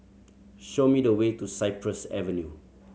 show me the way to Cypress Avenue